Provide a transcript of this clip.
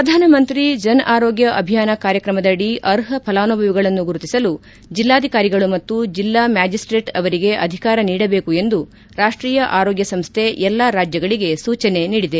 ಪ್ರಧಾನಮಂತ್ರಿ ಜನ್ ಆರೋಗ್ಲ ಅಭಿಯಾನ ಕಾರ್ಯಕ್ರಮದಡಿ ಅರ್ಹ ಫಲಾನುಭವಿಗಳನ್ನು ಗುರುತಿಸಲು ಜೆಲ್ಲಾಧಿಕಾರಿಗಳು ಮತ್ತು ಜೆಲ್ಲಾ ಮ್ಲಾಜಿಸ್ಸೇಟ್ ಅವರಿಗೆ ಅಧಿಕಾರ ನೀಡಬೇಕು ಎಂದು ರಾಷ್ಷೀಯ ಆರೋಗ್ಯ ಸಂಸ್ಥೆ ಎಲ್ಲಾ ರಾಜ್ಞಗಳಿಗೆ ಸೂಚನೆ ನೀಡಿದೆ